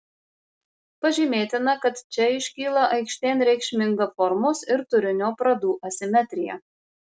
pažymėtina kad čia iškyla aikštėn reikšminga formos ir turinio pradų asimetrija